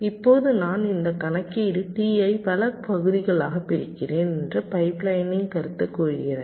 இப்போது நான் இந்த கணக்கீடு T ஐ பல பகுதிகளாக பிரிக்கிறேன் என்று பைப்லைனிங் கருத்து கூறுகிறது